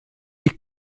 est